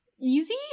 easy